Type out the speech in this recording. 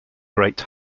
great